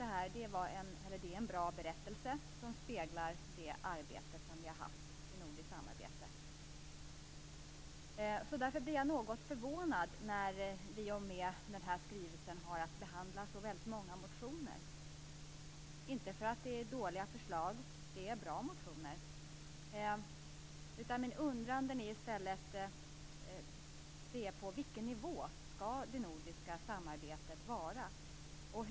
Det är en bra berättelse som speglar verksamheten i det nordiska samarbetet. Jag blev något förvånad för att vi i samband med denna skrivelse fick behandla många motioner. Det är inte för att det är dåliga förslag. Det är bra motioner. Min undran gäller i stället på vilken nivå det nordiska samarbetet skall vara.